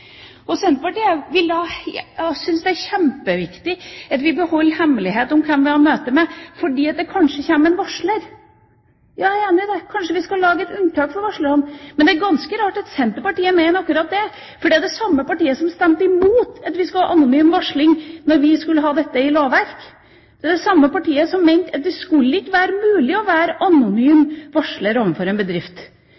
kontakt. Senterpartiet syns det er kjempeviktig at vi holder hemmelig hvem vi har møte med, fordi det kanskje kommer en varsler. Jeg er enig i det. Kanskje vi skal lage et unntak for varslerne. Men det er ganske rart at Senterpartiet mener akkurat det, for det er det samme partiet som stemte imot at vi skulle ha anonym varsling da vi skulle ha dette inn i lovverk. Det er det samme partiet som mente at det ikke skulle være mulig å være anonym